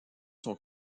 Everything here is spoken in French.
sont